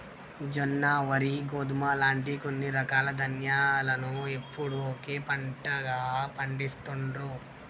జొన్న, వరి, గోధుమ లాంటి కొన్ని రకాల ధాన్యాలను ఎప్పుడూ ఒకే పంటగా పండిస్తాండ్రు